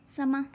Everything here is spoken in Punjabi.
ਸਮਾਂ